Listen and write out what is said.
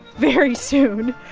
very soon.